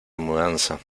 mudanza